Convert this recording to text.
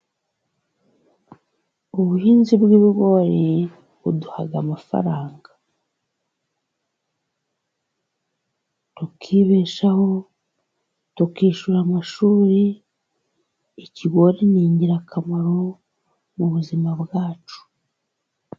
Ubuhinzi bw'ibigori buduha amafaranga, tukibeshaho tukishyura amashuri. Ikigori ni ingirakamaro mu buzima bwacu.